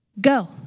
go